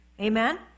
amen